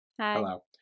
Hello